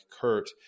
Kurt